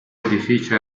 edificio